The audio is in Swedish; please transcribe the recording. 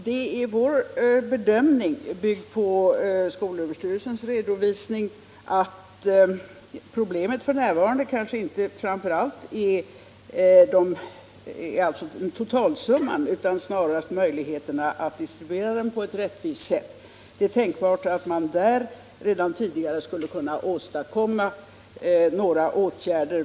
Det är vår bedömning, byggd på skolöverstyrelsens redovisningar, att problemet f. n. inte framför allt gäller totalsumman utan snarast möjligheterna att distribuera den på ett rättvist sätt. Det är tänkbart att man där redan tidigare skulle kunna åstadkomma några åtgärder.